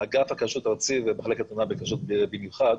אגף הכשרות הארצית ומחלקת הונאה בכשרות במיוחד,